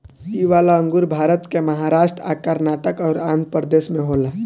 इ वाला अंगूर भारत के महाराष्ट् आ कर्नाटक अउर आँध्रप्रदेश में होला